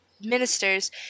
ministers